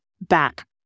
back